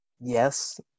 yes